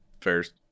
First